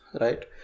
right